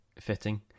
fitting